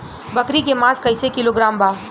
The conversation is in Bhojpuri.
बकरी के मांस कईसे किलोग्राम बा?